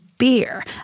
beer